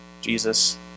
Jesus